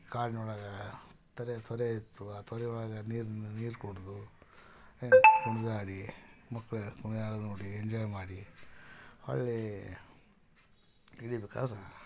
ಕಾಡ್ನೊಳಗೆ ತಲೆ ತೊಲೆ ಇತ್ತು ಆ ತೊಲೆಯೊಳಗೆ ನೀರು ನೀರು ಕುಡಿದು ಕುಣಿದಾಡಿ ಮಕ್ಳು ಕುಣಿದಾಡೋದು ನೋಡಿ ಎಂಜಾಯ್ ಮಾಡಿ ಹಳ್ಳಿ ಇಳಿಬೇಕಾದ್ರೆ